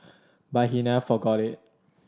but he never forgot it